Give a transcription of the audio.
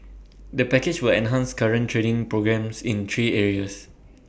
the package will enhance current training programmes in three areas